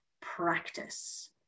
practice